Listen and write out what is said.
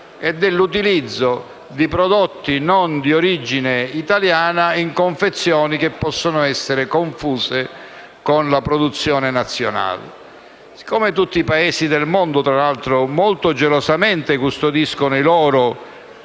e l'utilizzo di prodotti non di origine italiana in confezioni che possono essere confuse con la produzione nazionale. Tutti i Paesi del mondo custodiscono molto gelosamente i loro prodotti